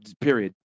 period